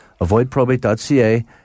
avoidprobate.ca